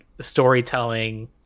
storytelling